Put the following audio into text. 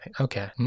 okay